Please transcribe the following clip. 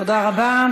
תודה רבה.